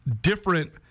different